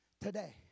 today